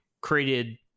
created